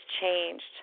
changed